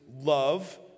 love